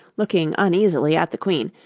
looking uneasily at the queen,